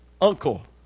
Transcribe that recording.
uncle